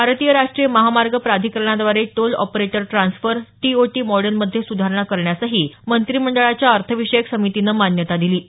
भारतीय राष्ट्रीय महामार्ग प्राधिकरणाद्वारे toll operator transfer T O T मॉडलमध्ये सुधारणा करण्यासही मंत्रिमंडळाच्या अर्थविषयक समितीनं मान्यता दिली आहे